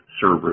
server